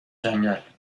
جنگل